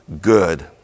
good